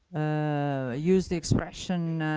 ah use the expression,